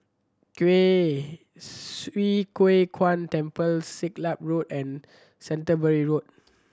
Kwee Swee Kui Kuan Temple Siglap Road and Canterbury Road